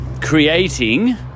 Creating